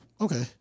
Okay